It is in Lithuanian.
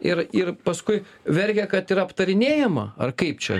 ir ir paskui verkia kad yra aptarinėjama ar kaip čia